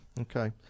Okay